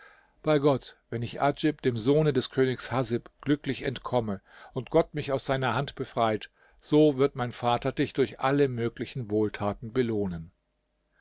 bei gott wenn ich adjib dem sohne des königs haßib glücklich entkomme und gott mich aus seiner hand befreit so wird mein vater dich durch alle möglichen wohltaten belohnen